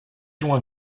loin